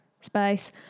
space